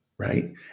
right